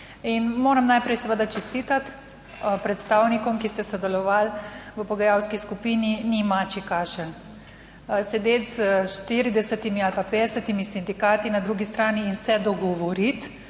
moram najprej seveda čestitati predstavnikom, ki ste sodelovali v pogajalski skupini, ni mačji kašelj. Sedeti s 40. ali pa 50. sindikati na drugi strani in se dogovoriti,